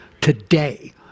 today